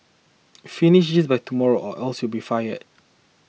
finish this by tomorrow or else you'll be fired